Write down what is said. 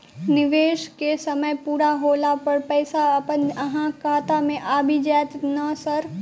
निवेश केँ समय पूरा होला पर पैसा अपने अहाँ खाता मे आबि जाइत नै सर?